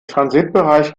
transitbereich